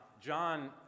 John